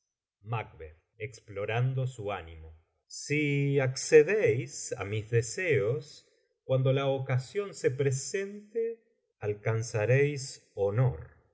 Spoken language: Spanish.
explorando su ánimo sí accedeis á mis deseos cuando la ocasión se presente alcanzareis honor